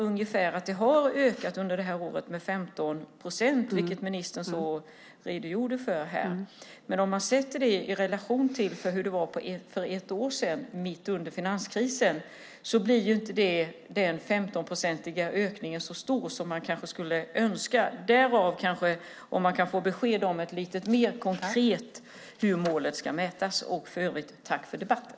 Under detta år har det ökat med 15 procent, vilket ministern redogjorde för. Men om man sätter det i relation till hur det var för ett år sedan, mitt under finanskrisen, blir inte den 15-procentiga ökningen så stor som man skulle önska. Kanske jag kan få ett lite mer konkret besked om hur målet ska mätas. Tack för debatten!